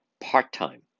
part-time